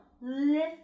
Lift